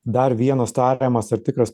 dar vienas tariamas ar tikras